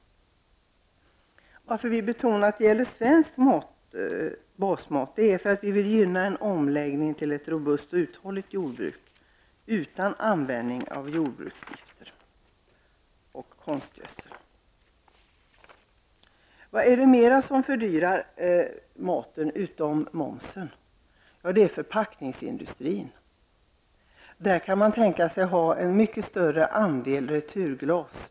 Anledningen till att vi i miljöpartiet betonar att det gäller svensk basmat är för att vi vill gynna en omläggning till ett robust och uthålligt jordbruk utan användning av jordbruksgifter och konstgödsel. Vad är det som ytterligare fördyrar maten förutom momsen? Jo, det är förpackningsindustrin. Man kan tänka sig en mycket större andel returglas.